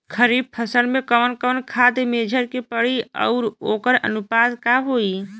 खरीफ फसल में कवन कवन खाद्य मेझर के पड़ी अउर वोकर अनुपात का होई?